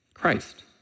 Christ